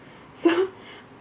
so